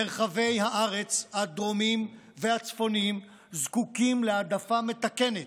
מרחבי הארץ הדרומיים והצפוניים זקוקים להעדפה מתקנת,